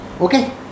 Okay